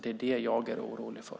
Det är det jag är orolig för.